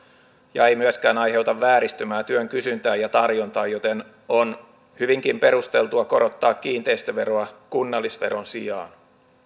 ja ei myöskään aiheuta vääristymää työn kysyntään ja tarjontaan joten on hyvinkin perusteltua korottaa kiinteistöveroa kunnallisveron sijaan